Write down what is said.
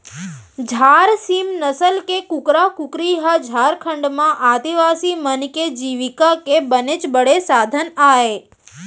झार सीम नसल के कुकरा कुकरी ह झारखंड म आदिवासी मन के जीविका के बनेच बड़े साधन अय